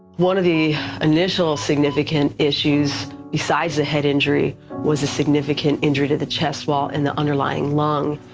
one of the initial significant issues, besides the head injury was a significant injury to the chest wall and the underlying lung.